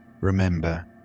Remember